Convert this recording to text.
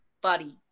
buddy